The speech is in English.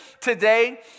today